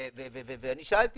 ואני שאלתי